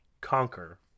Conquer